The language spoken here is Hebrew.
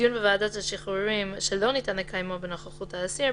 "דיון בוועדת השחרורים שלא ניתן לקיימו בנוכחות האסיר,